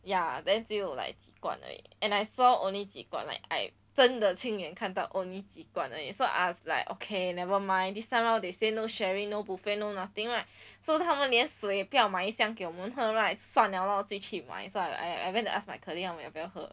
ya then 只有 like 七罐而已 and I saw only 几罐 like I 真的亲眼看到 only 几罐而已 so ask like okay nevermind this time round they say no sharing no buffet no nothing right so 他们连水也不要买一箱给我们喝 right 算了 lor 自己去买 so I I went to ask my colleague 他们要不要喝